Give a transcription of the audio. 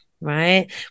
right